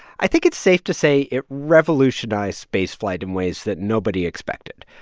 i think it's safe to say it revolutionized spaceflight in ways that nobody expected.